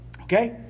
Okay